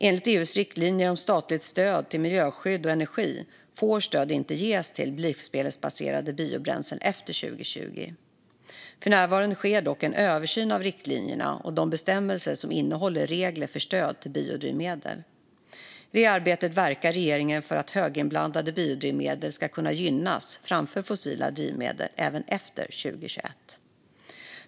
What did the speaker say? Enligt EU:s riktlinjer om statligt stöd till miljöskydd och energi får stöd inte ges till livsmedelsbaserade biobränslen efter 2020. För närvarande sker dock en översyn av riktlinjerna och de bestämmelser som innehåller regler för stöd till biodrivmedel. I detta arbete verkar regeringen för att höginblandade biodrivmedel ska kunna gynnas framför fossila drivmedel även efter 2021.